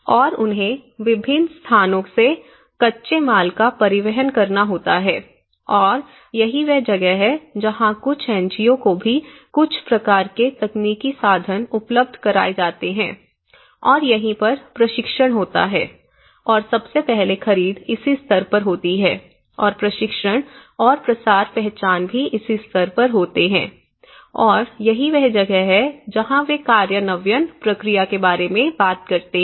और उन्हें विभिन्न स्थानों से कच्चे माल का परिवहन करना होता है और यही वह जगह है जहाँ कुछ एनजीओ को भी कुछ प्रकार के तकनीकी साधन उपलब्ध कराए जाते हैं और यहीं पर प्रशिक्षण होता है और सबसे पहले खरीद इसी स्तर पर होती है और प्रशिक्षण और प्रसार पहचान भी इसी स्तर पर होते है और यही वह जगह है जहां वे कार्यान्वयन प्रक्रिया के बारे में बात करते हैं